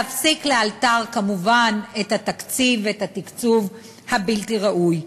להפסיק לאלתר כמובן את התקציב ואת התקצוב הבלתי-ראוי.